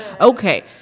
Okay